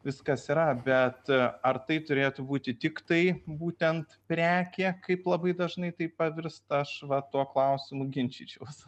viskas yra bet ar tai turėtų būti tiktai būtent prekė kaip labai dažnai tai pavirsta aš va tuo klausimu ginčyčiaus